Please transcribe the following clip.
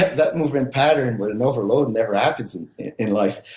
that movement pattern with an overload never happens in life,